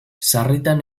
sarritan